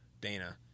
Dana